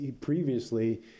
Previously